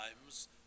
times